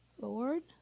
Lord